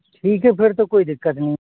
ठीक है फिर तो कोई दिक्कत नहीं